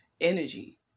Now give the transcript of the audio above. energy